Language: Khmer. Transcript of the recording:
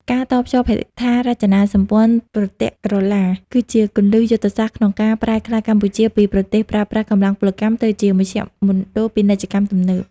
ការតភ្ជាប់ហេដ្ឋារចនាសម្ព័ន្ធប្រទាក់ក្រឡា គឺជាគន្លឹះយុទ្ធសាស្ត្រក្នុងការប្រែក្លាយកម្ពុជាពី "ប្រទេសប្រើប្រាស់កម្លាំងពលកម្ម" ទៅជា "មជ្ឈមណ្ឌលពាណិជ្ជកម្មទំនើប"។